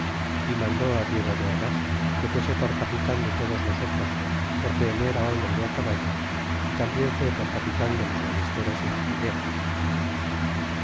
y mandó diego de ordes que fuese por capitan de todos nosotros porque no era hombre de caballo y tambien fue por capitan de los ballesteros y artilleros